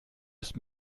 ist